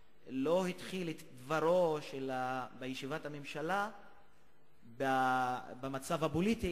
התחיל את דברו בישיבת הממשלה ביום ראשון במצב הפוליטי,